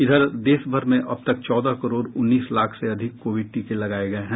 इधर देश भर में अब तक चौदह करोड़ उन्नीस लाख से अधिक कोविड टीके लगाये गये हैं